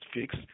fix